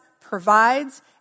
provides